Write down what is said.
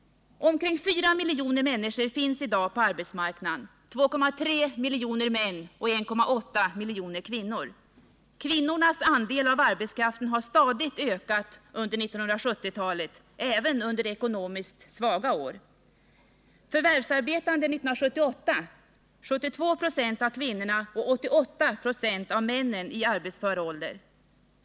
Omkring 4 miljoner människor finns i dag på arbetsmarknaden: 2,3 miljoner män och 1,8 miljoner kvinnor. Kvinnornas andel av arbetskraften har stadigt ökat under 1970-talet, även under ekonomiskt svaga år. Förvärvsarbetande 1978 var 72 96 av kvinnorna och 88 96 av männen i arbetsför ålder.